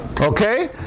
Okay